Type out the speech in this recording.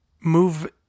move